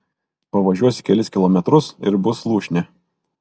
pavažiuosi kelis kilometrus ir bus lūšnė